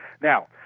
Now